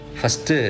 first